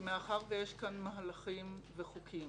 שמכיוון שיש מורכבות גדולה מאוד,